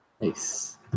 Nice